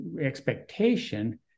expectation